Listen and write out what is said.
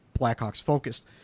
Blackhawks-focused